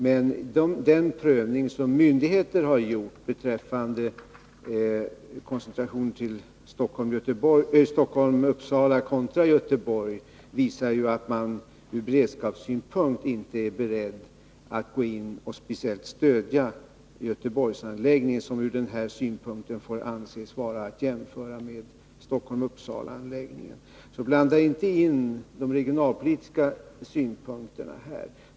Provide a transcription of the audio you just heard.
Men den prövning som myndigheter har gjort beträffande koncentrationen till Stockholm och Uppsala kontra Göteborg visar ju att man från beredskapssynpunkt inte är beredd att gå in och speciellt stödja Göteborgsanläggningen, som från den här synpunkten bör anses vara att jämföra med Stockholmsoch Uppsalaanläggningarna. Så blanda inte in de regionalpolitiska synpunkterna här!